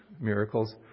miracles